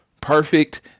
perfect